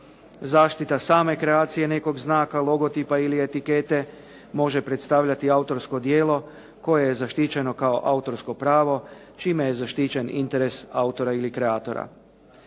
Zaštita same kreacije nekog znaka, logotipa ili etikete može predstavljati autorsko djelo koje je zaštićeno kao autorsko pravo čime je zaštićen interes autora ili kreatora.